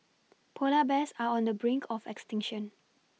polar bears are on the brink of extinction